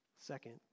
Second